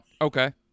Okay